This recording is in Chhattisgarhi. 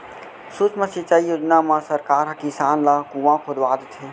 सुक्ष्म सिंचई योजना म सरकार ह किसान ल कुँआ खोदवा देथे